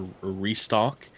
restock